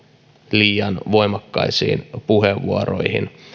liian voimakkaisiin puheenvuoroihin